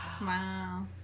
Wow